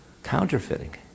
counterfeiting